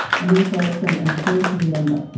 and also from an affair to remember.